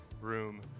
room